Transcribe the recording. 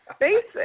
basic